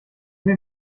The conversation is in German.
den